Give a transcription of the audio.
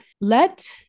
let